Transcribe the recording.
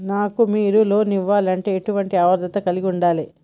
నాకు మీరు లోన్ ఇవ్వాలంటే ఎటువంటి అర్హత కలిగి వుండాలే?